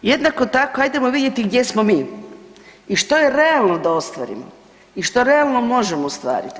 Jednako tako hajdemo vidjeti gdje smo mi i što je realno da ostvarimo i što realno možemo ostvariti.